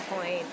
point